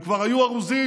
הם כבר היו ארוזים,